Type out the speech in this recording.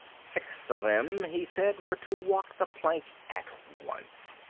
six of them, he said, were to walk the plank at once,